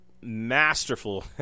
masterful